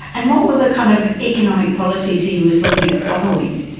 and what were the kind of economic policies he was looking at following?